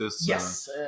Yes